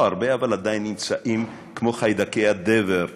לא הרבה, אבל עדיין נמצאים, כמו חיידקי הדבר,